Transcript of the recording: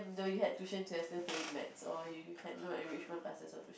though you had tuition you are still failing maths or you had no enrichment classes or tuition